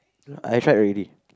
I tried already